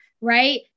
right